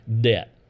debt